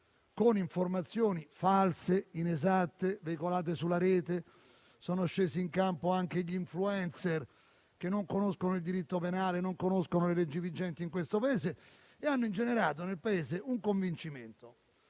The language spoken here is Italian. con informazioni false, inesatte, regolate sulla rete; sono scesi in campo anche gli *influencer* che non conoscono il diritto penale, non conoscono le leggi vigenti in questo Paese e hanno ingenerato nel Paese un convincimento